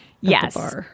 Yes